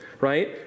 Right